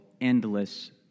endless